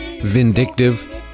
vindictive